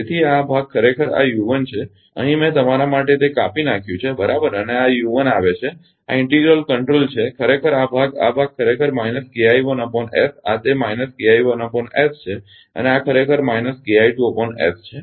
તેથી આ ભાગ ખરેખર આ છે અહીં મેં તમારા માટે તે કાપી નાખ્યું છે બરાબર આ આવે છે આ ઇન્ટિગલ કંટ્રોલ છે ખરેખર આ ભાગ આ ભાગ ખરેખર આ તે છે અને આ ખરેખર છે